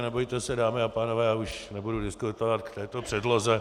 Nebojte se, dámy a pánové, já už nebudu diskutovat k této předloze.